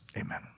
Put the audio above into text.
Amen